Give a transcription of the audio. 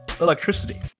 electricity